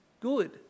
good